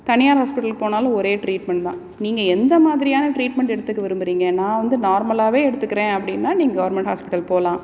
தனியார் ஹாஸ்பிட்டலுக்கு போனாலும் ஒரே டிரீட்மெண்ட் தான் நீங்கள் எந்த மாதிரியான டிரீட்மெண்ட் எடுத்துக்க விரும்புகிறிங்க நான் வந்து நார்மலாகவே எடுத்துக்கிறேன் அப்படின்னா நீங்கள் கவர்மெண்ட் ஹாஸ்பிட்டல் போகலாம்